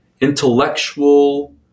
intellectual